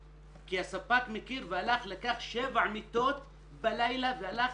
כי הספק מכיר והלך ולקח שבע מיטות בלילה והלך,